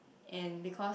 and because